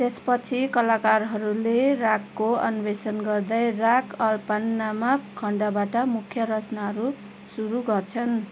त्यसपछि कलाकारहरूले रागको अन्वेषण गर्दै राग अल्प नामक खण्डबाट मुख्य रचनाहरू सुरु गर्छन्